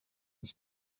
his